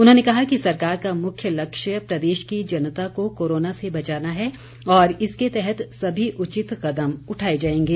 उन्होंने कहा कि सरकार का मुख्य लक्ष्य प्रदेश की जनता को कोरोना से बचाना है और इसके तहत सभी उचित कदम उठाए जाएंगे